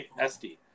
sd